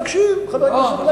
תקשיב, חבר הכנסת פלסנר.